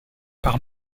par